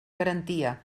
garantia